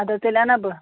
اَدٕ حظ تیٚلہِ اَنَہ بہٕ